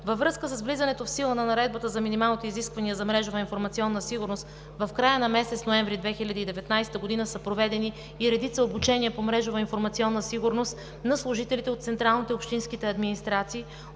Във връзка с влизането в сила на Наредбата за минималните изисквания за мрежова информационна сигурност в края на месец ноември 2019 г. са проведени и редица обучения по мрежова информационна сигурност на служителите от централните и общинските администрации,